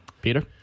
Peter